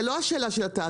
זה לא השאלה של התאגיד,